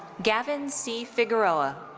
gavin c. figueroa.